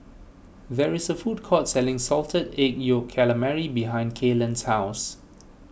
there is a food court selling Salted Egg Yolk Calamari behind Kaylan's house